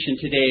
today